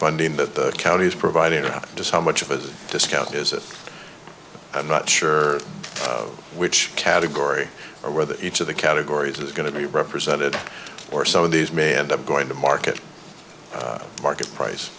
funding that the county is providing about just how much of a discount is it i'm not sure which category or whether each of the categories is going to be represented or so these may end up going to market market price